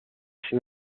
ses